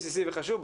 בסיסי וחשוב,